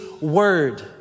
word